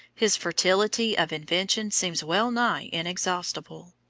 his fertility of invention seems well-nigh inexhaustible.